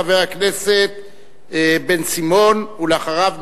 חבר הכנסת בן-סימון, ואחריו,